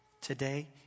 Today